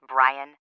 Brian